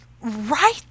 Right